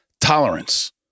tolerance